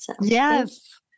Yes